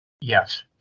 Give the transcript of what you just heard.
Yes